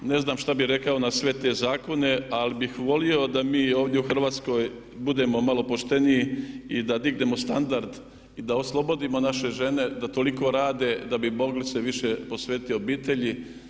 Ne znam što bih rekao na sve te zakone, ali bih volio da mi ovdje u Hrvatskoj budemo malo pošteniji i da dignemo standard i da oslobodimo naše žene da toliko rade da bi mogli se više posvetiti obitelji.